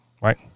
right